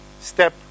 step